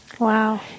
Wow